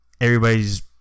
everybody's